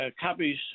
copies